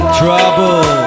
trouble